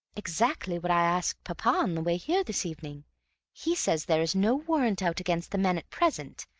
exactly what i asked papa on the way here this evening he says there is no warrant out against the men at present,